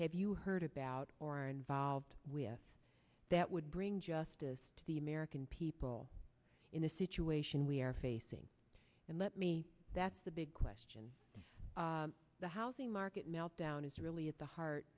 have you heard about or involved with that would bring justice to the american people in the situation we're facing and let me that's the big question the housing market meltdown is really at the heart